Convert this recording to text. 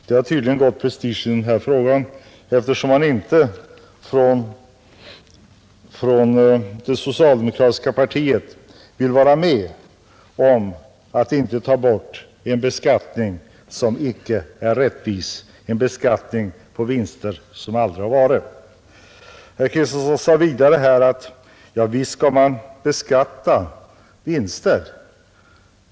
Det har tydligen gått prestige i frågan, eftersom det socialdemokratiska partiet inte vill vara med om att avskaffa en orättvis beskattning, nämligen på vinster som aldrig har gjorts. Herr Kristenson sade vidare att vinster självfallet skall beskattas.